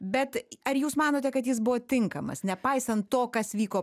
bet ar jūs manote kad jis buvo tinkamas nepaisant to kas vyko